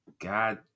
God